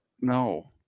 No